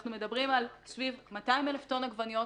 אנחנו מדברים על סביב 200,000 טון עגבניות,